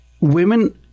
women